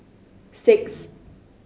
six